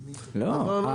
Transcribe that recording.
אין